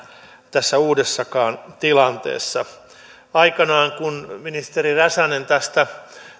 tässä uudessakaan tilanteessa aikanaan kun ministeri räsänen tästä